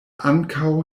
ankaŭ